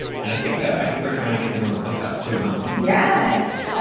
and i think i think we're trying to get them on the podcast, too, yes.